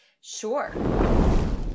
Sure